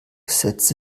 setzte